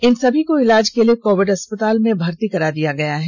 इन सभी को इलाज के लिए कोविड अस्पताल में भर्ती कराया गया है